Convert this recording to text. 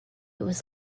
was